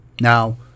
Now